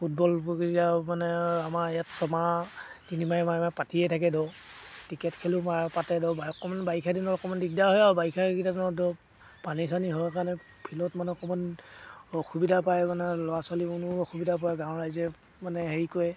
football এতিয়া মানে আমাৰ ইয়াত ছমাহ তিনিমাহে মূৰে মূৰে পাতিয়ে থাকে ধৰ ক্ৰিকেট খেলো পাতে ধৰ অকণমান বাৰিষা দিনৰত অকণমান দিগদাৰ হয় আৰু বাৰিষা এইকেইটা দিনত ধৰক পানী চানী হয় কাৰণে ফিল্ডত মানে অকণমান অসুবিধা পায় মানে ল'ৰা ছোৱালীবোৰ নো অসুবিধা পায় গাঁৱৰ ৰাইজে মানে হেৰি কৰে